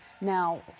Now